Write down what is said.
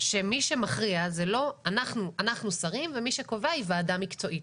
שמי שמכריע זה לא אנחנו שרים ומי שקובע היא ועדה מקצועית.